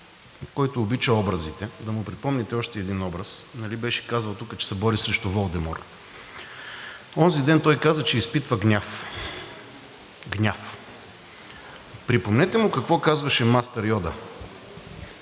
който обича образите, да му припомните още един образ. Нали беше казал тук, че се бори срещу Волдемор? Онзи ден той каза, че изпитва гняв – гняв. Припомнете му какво казваше Мастер Йода: